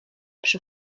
przy